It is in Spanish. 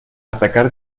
atacar